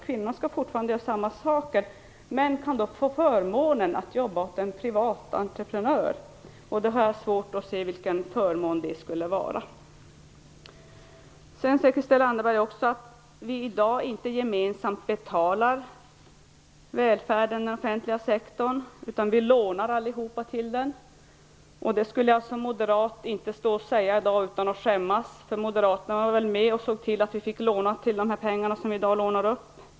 Kvinnorna skall fortfarande göra samma saker, men de kan få förmånen att jobba åt en privat entreprenör. Jag har svårt att se vad det skulle vara för en förmån. Christel Anderberg säger också att vi i dag inte gemensamt betalar välfärden och den offentliga sektorn utan att vi alla lånar till detta. Det skulle jag om jag vore moderat inte säga utan att skämmas. Moderaterna var väl med om att se till att vi fick låna de pengar som i dag lånas upp.